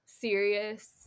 serious